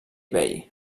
bay